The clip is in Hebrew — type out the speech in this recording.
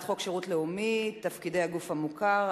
חוק שירות לאומי (תפקידי הגוף המוכר),